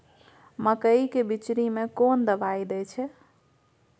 मकई के बिचरी में कोन दवाई दे छै?